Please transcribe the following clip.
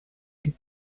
you